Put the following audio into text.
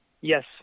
Yes